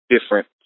different